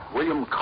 William